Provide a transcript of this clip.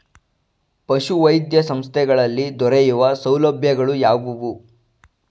ಪಶುವೈದ್ಯ ಸಂಸ್ಥೆಗಳಲ್ಲಿ ದೊರೆಯುವ ಸೌಲಭ್ಯಗಳು ಯಾವುವು?